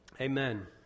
amen